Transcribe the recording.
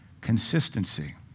Consistency